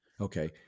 Okay